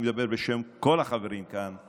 אני מדבר בשם כל החברים כאן.